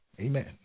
Amen